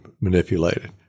manipulated